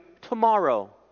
tomorrow